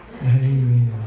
Amen